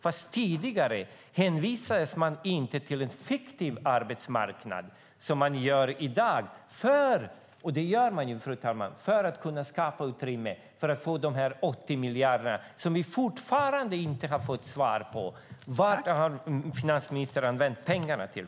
Men tidigare hänvisades man inte till en fiktiv arbetsmarknad som i dag. Detta görs ju, fru talman, för att skapa utrymme för att få de här 80 miljarderna som vi fortfarande inte har fått svar om. Vad har finansministern använt pengarna till?